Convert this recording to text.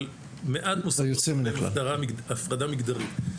אבל מעט מוסדות בלי הפרדה מגדרית,